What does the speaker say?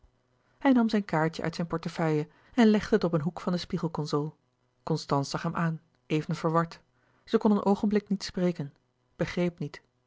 hij nam zijn kaartje uit zijn portefeuille en legde het op een hoek van de spiegelconsole constance zag hem aan even verward zij kon een oogenblik niet spreken begreep niet